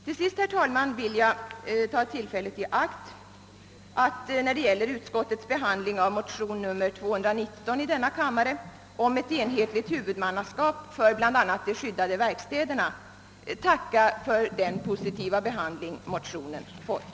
Avslutningsvis vill jag, herr talman, med anledning av vad utskottet anfört om motionen II: 219 om ett enhetligt huvudmannaskap för bl.a. de skyddade verkstäderna tacka för den positiva behandling motionen fått.